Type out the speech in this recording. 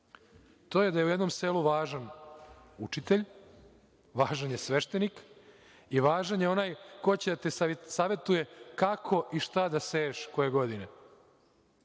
To je da je u jednom selu važan učitelj, važan je sveštenik i važan je onaj ko će da te savetuje kako i šta da seješ koje godine.